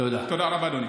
תודה רבה, אדוני.